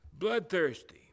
Bloodthirsty